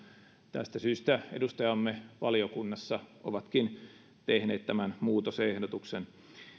tästä syystä edustajamme valiokunnassa ovatkin tehneet tämän muutosehdotuksen